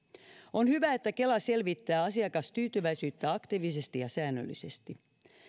on hyvä että kela selvittää asiakastyytyväisyyttä aktiivisesti ja säännöllisesti